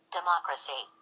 Democracy